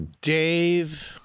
Dave